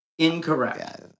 Incorrect